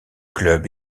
club